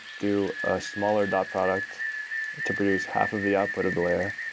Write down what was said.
do a smaller dot product to produce half of the out but of the layer,